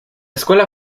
escuela